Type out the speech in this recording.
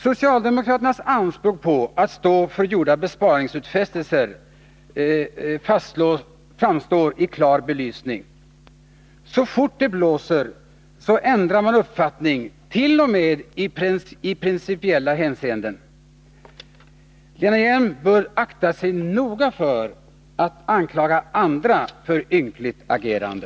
Socialdemokraternas anspråk på att stå för gjorda besparingsutfästelser framstår i klar belysning: så snart det blåser, ändrar man uppfattning, t.o.m. i principiella hänseenden. Lena Hjelm-Wallén bör akta sig noga för att anklaga andra för ynkligt agerande.